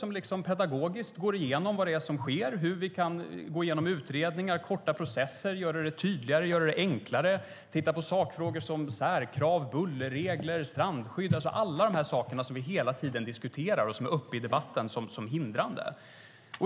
Han går pedagogiskt igenom vad som sker, hur man går igenom utredningar, kortar processer, gör tydligare och enklare, tittar på sakfrågor, särkrav, bullerregler, strandskydd, alla de saker vi hela tiden diskuterar och som anses vara hindrande.